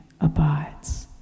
abides